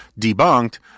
debunked